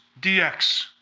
DX